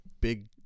big